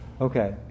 Okay